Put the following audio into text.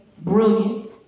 brilliant